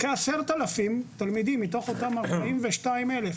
כ-10,000 תלמידים מתוך 42,000,